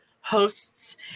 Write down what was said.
Hosts